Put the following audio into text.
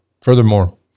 Furthermore